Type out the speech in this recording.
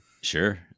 Sure